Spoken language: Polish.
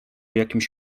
jakimś